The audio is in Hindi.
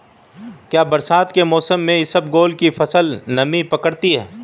क्या बरसात के मौसम में इसबगोल की फसल नमी पकड़ती है?